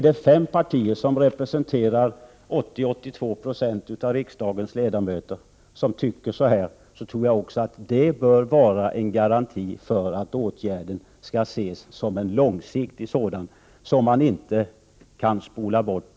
Om fem partier, som representerar 80—82 6 av väljarkåren tycker så, tror jag att det är en garanti för att åtgärden blir långsiktig och inte utan vidare kan spolas bort.